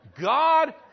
God